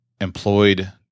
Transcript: employed